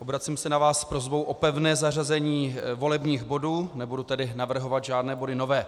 Obracím se na vás s prosbou o pevné zařazení volebních bodů, nebudu tedy navrhovat žádné body nové.